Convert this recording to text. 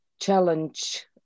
challenge